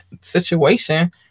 situation